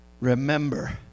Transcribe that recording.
Remember